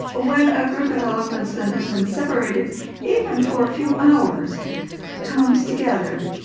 when a group of elephants that has been separated even for a few hours comes together,